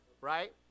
right